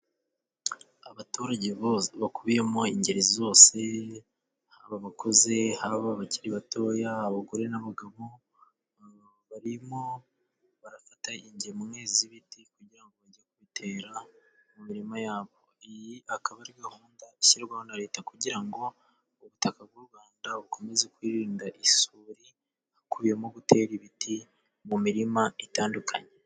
Abaturage bakubiyemo ingeri zose haba abakuze haba abakiri batoya abagore n'abagabo, barimo barafata ingemwe z'ibiti kugira ngo bajye kuzitera mu murima yabo, iyi akaba ari gahunda ishyirwaho na Leta kugira ngo ubutaka bw'u Rwanda bukomeze kwirinda isuri, hakubiyemo gutera ibiti mu murima itandukanye.